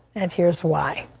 and here is why.